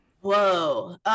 Whoa